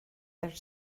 their